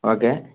okay